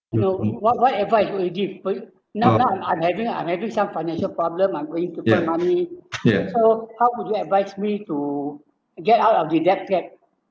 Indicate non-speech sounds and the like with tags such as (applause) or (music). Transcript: you know what what advice would you give for you now now I'm having I'm having some financial problem I'm going to (noise) so how would you advise me to get out of the debt